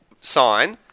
sign